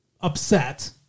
upset